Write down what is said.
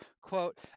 Quote